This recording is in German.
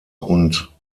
und